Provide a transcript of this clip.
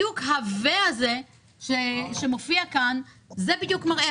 ה"ו" הזה שמופיע כאן, זה בדיוק מראה.